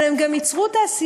אבל הם גם ייצרו תעשייה,